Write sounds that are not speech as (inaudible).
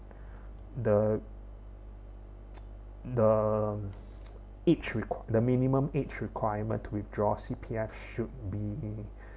the (noise) the (noise) age req~ the minimum age requirement to withdraw C_P_F should be